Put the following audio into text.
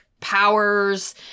powers